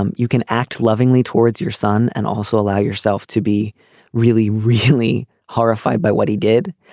um you can act lovingly towards your son and also allow yourself to be really really horrified by what he did.